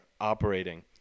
operating